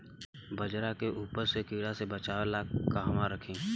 बाजरा के उपज के कीड़ा से बचाव ला कहवा रखीं?